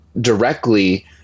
directly